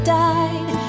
died